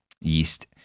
yeast